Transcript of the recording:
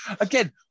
Again